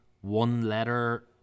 one-letter